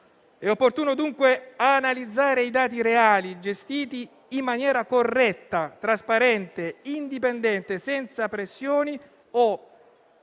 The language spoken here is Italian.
È opportuno dunque analizzare i dati reali, gestiti in maniera corretta, trasparente e indipendente, senza pressioni o